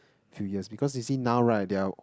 few years because you see now right there are